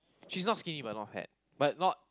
she's not skinny but not fat but not